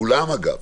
כולם אגב,